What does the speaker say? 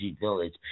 Village